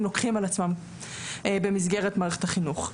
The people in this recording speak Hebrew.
לוקחים על עצמם במסגרת מערכת החינוך.